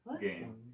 game